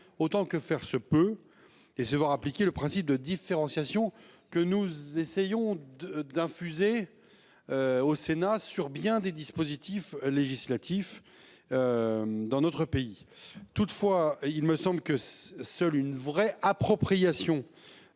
autant que faire se peut et se voir appliquer le principe de différenciation que nous essayons de d'infuser. Au Sénat, sur bien des dispositifs législatifs. Dans notre pays. Toutefois il me semble que seule une vraie appropriation